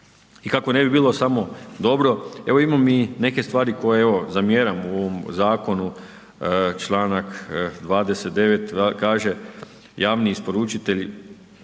I kako ne bi bilo samo dobro, evo imam i neke stvari koje evo zamjeram u ovom zakonu, članak 29. kaže javni isporučitelji